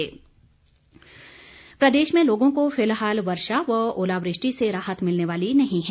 मौसम प्रदेश में लोगों को फिलहाल वर्षा व ओलावृष्टि से राहत मिलने वाली नही है